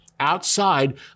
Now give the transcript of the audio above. outside